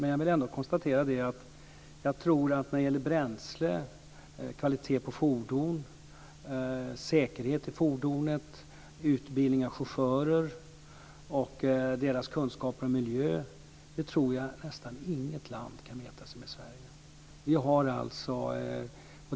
Men jag vill ändå säga att när det gäller bränsle, kvalitet på fordon, säkerhet i fordon, utbildning av chaufförer och deras kunskaper om miljö tror jag att nästan inget land kan mäta sig med Sverige.